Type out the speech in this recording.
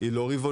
היא לא רבעונית,